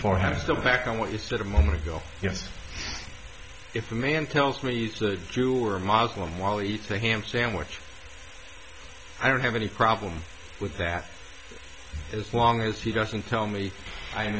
for him to step back on what you said a moment ago yes if a man tells me he's a jew or a moslem while eat the ham sandwich i don't have any problem with that as long as he doesn't tell me i'm